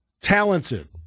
talented